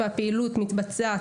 והפעילות המתבצעת